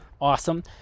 awesome